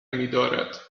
میدارد